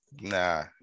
nah